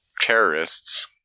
terrorists